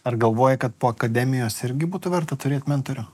ar galvoji kad po akademijos irgi būtų verta turėt mentorių